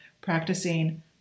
practicing